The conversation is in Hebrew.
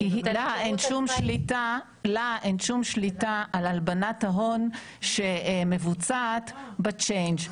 כי לה אין שום שליטה על הלבנת ההון שמבוצעת בצ'יינג'.